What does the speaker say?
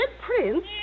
Prince